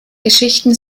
geschichten